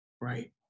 Right